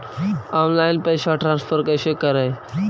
Online पैसा transfer कैसे करे?